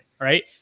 right